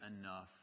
enough